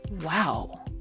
wow